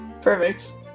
Perfect